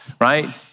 right